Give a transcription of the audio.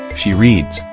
she reads,